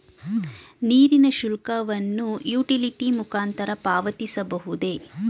ನೀರಿನ ಶುಲ್ಕವನ್ನು ಯುಟಿಲಿಟಿ ಮುಖಾಂತರ ಪಾವತಿಸಬಹುದೇ?